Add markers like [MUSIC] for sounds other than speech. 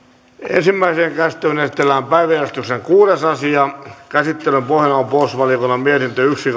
ensimmäiseen käsittelyyn esitellään päiväjärjestyksen kuudes asia käsittelyn pohjana on puolustusvaliokunnan mietintö yksi [UNINTELLIGIBLE]